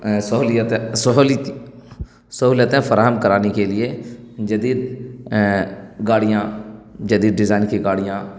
سہولتیں سہولتیں فراہم کرانے کے لیے جدید گاڑیاں جدید ڈیزائن کی گاڑیاں